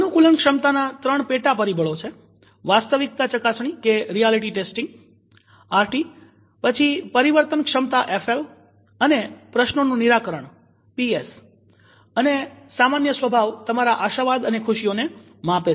અનુકુલનક્ષમતાના ત્રણ પેટા પરિબળો છે વાસ્તવિકતા ચકાસણી આરટી પછી પરિવર્તનક્ષમતા એફએલ અને પ્રશ્નો નું નીરાકરણ પીએસ અને સામાન્ય સ્વભાવ તમારા આશાવાદ અને ખુશીઓને માપે છે